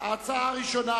ההצעה הראשונה